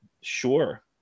Sure